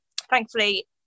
thankfully